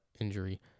injury